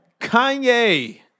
Kanye-